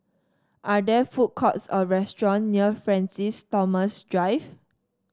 are there food courts or restaurant near Francis Thomas Drive